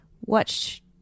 watch